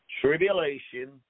tribulation